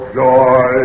joy